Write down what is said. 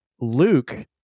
Luke